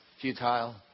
futile